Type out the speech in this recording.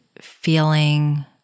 feeling